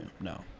No